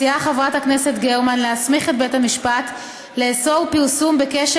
מציעה חברת הכנסת גרמן להסמיך את בית המשפט לאסור פרסום בקשר